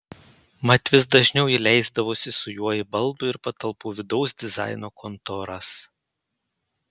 mat vis dažniau ji leisdavosi su juo į baldų ar patalpų vidaus dizaino kontoras